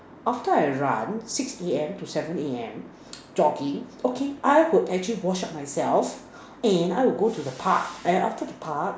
after I run six A_M to seven A_M jogging okay I would actually wash up myself and I'll go to the Park and after the Park